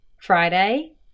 Friday